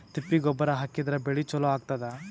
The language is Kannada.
ತಿಪ್ಪಿ ಗೊಬ್ಬರ ಹಾಕಿದ್ರ ಬೆಳಿ ಚಲೋ ಆಗತದ?